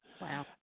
Wow